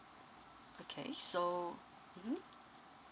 okay so mm